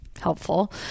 helpful